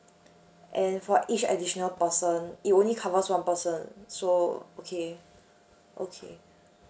and for each additional person it only covers one person so okay okay